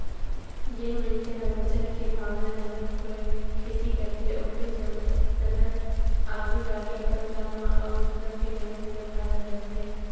जेन मइनसे ह बचत के भावना लेवत होय खेती करथे ओखरे चलत आघु जाके अपने दम म अउ दूसर के जमीन जगहा ले डरथे